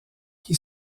qui